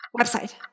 Website